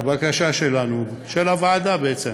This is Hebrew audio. הבקשה שלנו, של הוועדה בעצם,